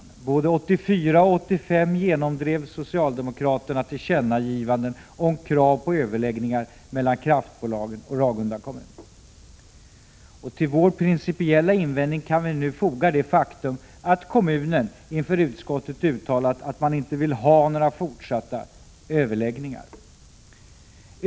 Både år 1984 och år 1985 genomdrev socialdemokraterna tillkännagivanden om krav på överläggningar mellan kraftbolagen och Ragunda kommun. Till vår principiella invändning kan vi nu foga det faktum att kommunen inför utskottet har uttalat att man inte vill ha några fortsatta överläggningar.